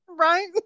Right